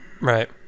Right